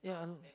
yeah a lot